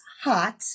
hot